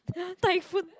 Thai food